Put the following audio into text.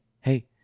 hey